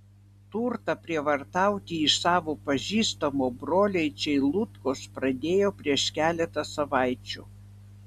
turtą prievartauti iš savo pažįstamo broliai čeilutkos pradėjo prieš keletą savaičių